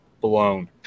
blown